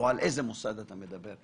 או על איזה מוסד אתה מדבר.